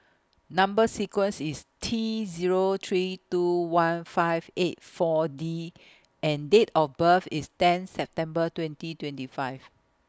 Number sequence IS T Zero three two one five eight four D and Date of birth IS ten September twenty twenty five